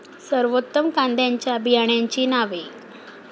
सर्वोत्तम कांद्यांच्या बियाण्यांची नावे?